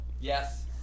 Yes